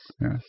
Yes